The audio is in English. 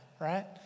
right